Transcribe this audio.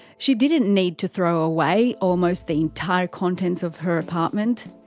she didn't need to throw away almost the entire contents of her apartment.